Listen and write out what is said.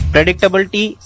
Predictability